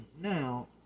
Now